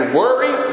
worry